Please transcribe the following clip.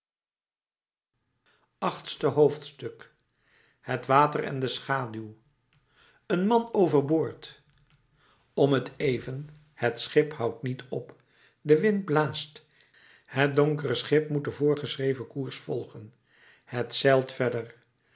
achtste hoofdstuk het water en de schaduw een man over boord om t even het schip houdt niet op de wind blaast het donkere schip moet den voorgeschreven koers volgen het zeilt verder